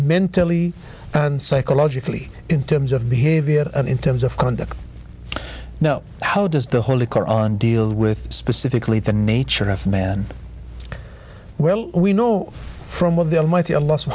mentally and psychologically in terms of behavior in terms of conduct you know how does the holy koran deal with specifically the nature of man well we know from of the almighty a loss